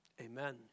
Amen